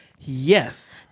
Yes